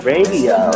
Radio